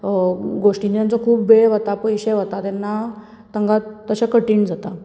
गोश्टीनी तांचो खूब वेळ वता पयशें वता तेन्ना तांकां तशें कठीन जाता